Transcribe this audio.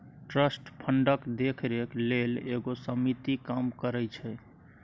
trust फंडक देखरेख लेल एगो समिति काम करइ छै